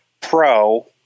pro